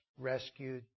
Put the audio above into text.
rescued